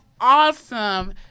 awesome